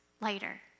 lighter